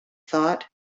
thought